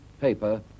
paper